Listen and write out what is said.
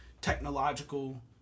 technological